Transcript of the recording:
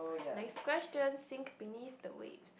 next question sink beneath the waves